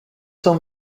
sont